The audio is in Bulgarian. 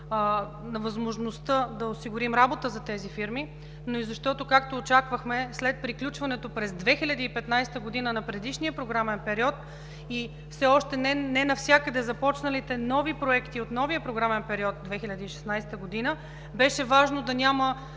на възможността да осигурим работа за тези фирми, но и защото, както очаквахме, след приключването през 2015 г. на предишния програмен период и все още ненавсякъде започналите нови проекти от новия програмен период от 2016 г., беше важно да няма